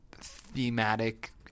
thematic